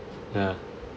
ya